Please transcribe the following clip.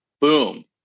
boom